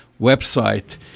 website